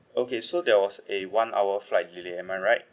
okay so there was a one hour flight delay am I right